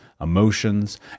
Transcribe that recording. emotions